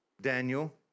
Daniel